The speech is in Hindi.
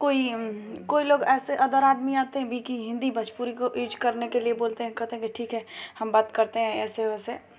कोई कोई लोग ऐसे अगर आदमी आते हैं भी की हिंदी भोजपुरी को इर्ज करने के लिए बोलते हैं की ठीक है हम बात करते है ऐसे ओएसे